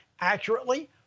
accurately